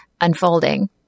unfolding